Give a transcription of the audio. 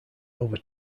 over